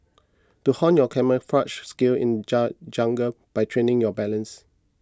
to hone your camouflaged skills in jungle by training your balance